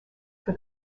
for